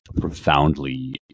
profoundly